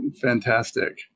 fantastic